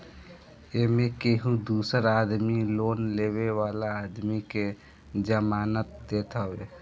एमे केहू दूसर आदमी लोन लेवे वाला आदमी के जमानत देत हवे